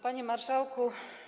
Panie Marszałku!